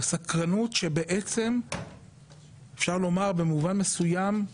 הסקרנות שאפשר לומר במובן מסוים,